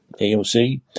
AOC